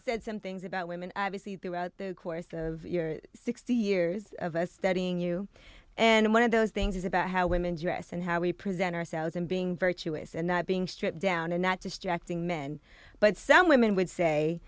said some things about women obviously throughout the course of your sixty years of us studying you and one of those things is about how women dress and how we present ourselves and being very chouest and not being stripped down and not distracting men but some women would say